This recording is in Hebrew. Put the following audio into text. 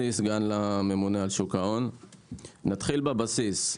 נתחיל בבסיס.